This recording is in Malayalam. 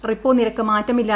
റിപ്പോ നിരക്കിൽ മാറ്റമില്ല